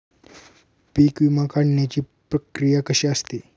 पीक विमा काढण्याची प्रक्रिया कशी असते?